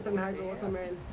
was a man